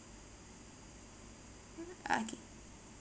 okay